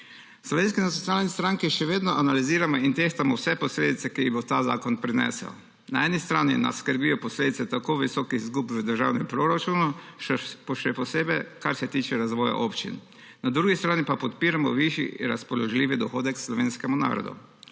Slovenski nacionalni stranki še vedno analiziramo in tehtamo vse posledice, ki jih bo ta zakon prinesel. Na eni strani nas skrbijo posledice tako visokih izgub v državnem proračunu, še posebej, kar se tiče razvoja občin, na drugi strani pa podpiramo višji razpoložljivi dohodek slovenskemu narodu.